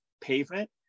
pavement